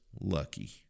lucky